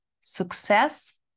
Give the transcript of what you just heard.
success